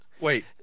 Wait